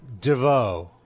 Devo